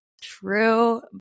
true